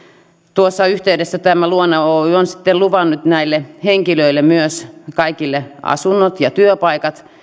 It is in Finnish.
tuossa yhteydessä tämä luona oy on sitten luvannut näille henkilöille myös kaikille asunnot ja työpaikat